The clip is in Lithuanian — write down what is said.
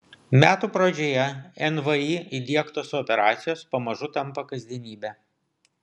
metų pradžioje nvi įdiegtos operacijos pamažu tampa kasdienybe